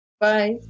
Bye